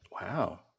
Wow